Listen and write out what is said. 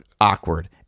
awkward